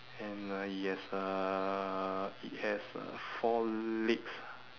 and uh it has uh it has uh four legs